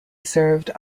served